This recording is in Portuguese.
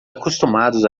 acostumados